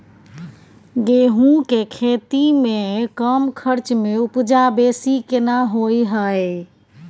गेहूं के खेती में कम खर्च में उपजा बेसी केना होय है?